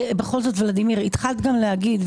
התחלת גם להגיד,